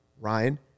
Ryan